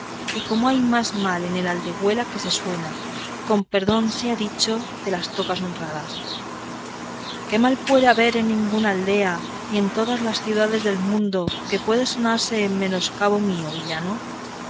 y cómo hay más mal en el aldegüela que se suena con perdón sea dicho de las tocadas honradas qué mal puede haber en ninguna aldea ni en todas las ciudades del mundo que pueda sonarse en menoscabo mío villano